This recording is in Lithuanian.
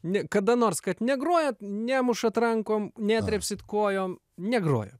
ni kada nors kad negrojat nemušat rankom netrepsit kojom negroja